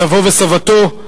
סבו וסבתו,